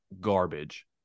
garbage